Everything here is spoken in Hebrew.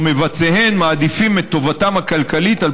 מבצעיהן מעדיפים את טובתם הכלכלית על